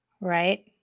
right